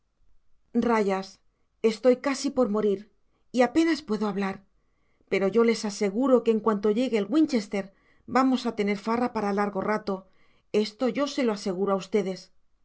rayas yo estoy casi por morir y apenas puedo hablar pero yo les aseguro que en cuanto llegue el winchester vamos a tener farra para largo rato esto yo se lo aseguro a ustedes